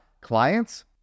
clients